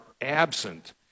absent